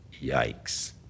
Yikes